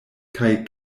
kaj